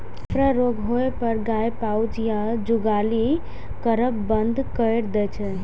अफरा रोग होइ पर गाय पाउज या जुगाली करब बंद कैर दै छै